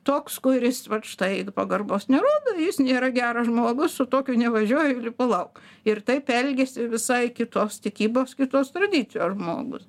toks kuris vat štai pagarbos nerodo jis nėra geras žmogus su tokiu nevažiuoju lipu lauk ir taip elgėsi visai kitos tikybos kitos tradicijos žmogus